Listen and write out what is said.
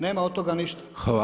Nema od toga ništa.